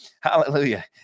Hallelujah